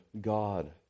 God